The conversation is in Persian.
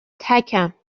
تکم